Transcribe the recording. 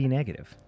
negative